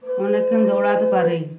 অনেকক্ষণ দৌড়াতে পারেই